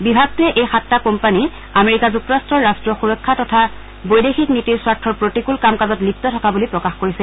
বিভাগটোৱে এই সাতটা কোম্পানী আমেৰিকা যুক্তৰাট্টৰ ৰাট্টীয় সূৰক্ষা তথা বৈদেশিক নীতিৰ স্বাৰ্থৰ প্ৰতিকূল কাম কাজত লিপ্ত থকা বুলি প্ৰকাশ কৰিছে